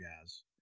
guys